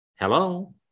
Hello